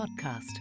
podcast